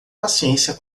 paciência